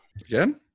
Again